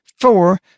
Four